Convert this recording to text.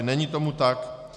Není tomu tak.